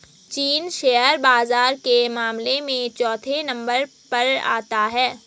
चीन शेयर बाजार के मामले में चौथे नम्बर पर आता है